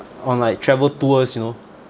on like travel tours you know